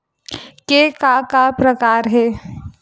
के का का प्रकार हे?